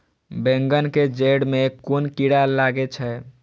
बेंगन के जेड़ में कुन कीरा लागे छै?